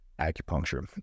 acupuncture